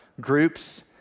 groups